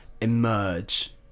emerge